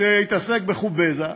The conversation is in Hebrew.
שהתעסק בחובזה,